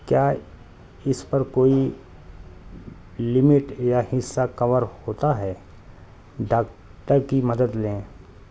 کیا اس پر کوئی لمٹ یا حصہ کور ہوتا ہے ڈاکٹر کی مدد لیں